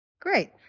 Great